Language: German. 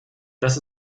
das